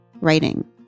writing